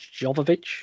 Jovovich